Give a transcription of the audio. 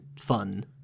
fun